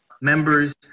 members